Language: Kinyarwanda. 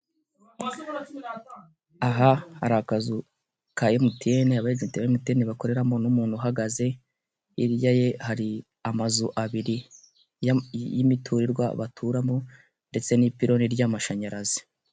Aha hari akazu ka emutiyene abejenti ba emutiene bakoreramo n'umuntu uhagaze hirya ye hari amazu abiri y'imiturirwa baturamo ndetse n'ipironi ry'amashanyarazi.